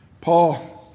Paul